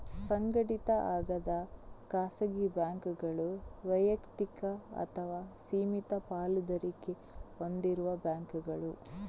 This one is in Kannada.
ಸಂಘಟಿತ ಆಗದ ಖಾಸಗಿ ಬ್ಯಾಂಕುಗಳು ವೈಯಕ್ತಿಕ ಅಥವಾ ಸೀಮಿತ ಪಾಲುದಾರಿಕೆ ಹೊಂದಿರುವ ಬ್ಯಾಂಕುಗಳು